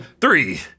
Three